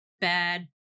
bad